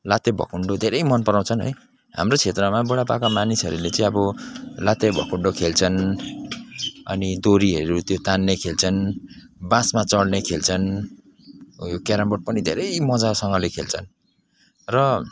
लाते भकुन्डो धेरै मन पराउँछन् है हाम्रो क्षेत्रमा बुढापाका मानिसहरूले चाहिँ अब लात्ते भकुन्डो खेल्छन् अनि दोरीहरू त्यो तान्ने खेल्छन् बाँसमा चढ्ने खेल्छन् उयो क्यारमबोर्ड पनि धेरै मजासँगले खेल्छन् र